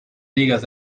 ligas